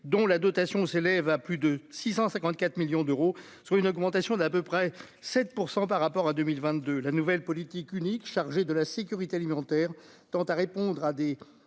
dont la dotation s'élève à plus de 654 millions d'euros, soit une augmentation d'à peu près 7 % par rapport à 2022, la nouvelle politique unique chargé de la sécurité alimentaire tend à répondre à des